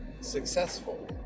successful